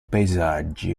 paesaggi